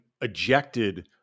ejected